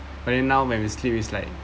but then now when we sleep is like